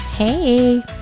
Hey